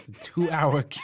two-hour